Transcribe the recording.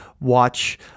watch